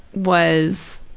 was,